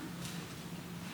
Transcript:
קודם כול,